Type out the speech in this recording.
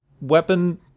weapon